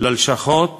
ללשכות